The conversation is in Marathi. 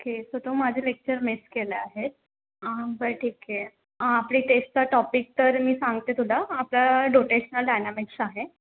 ओ के सो तू माझं लेक्चर मिस केलं आहेस बरं ठीक आहे आपली टेस्टचा टॉपिक तर मी सांगते तुला आपलं रोटेशनल डायनॅमिक्स आहे